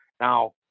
Now